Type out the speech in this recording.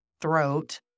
throat